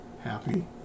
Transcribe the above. happy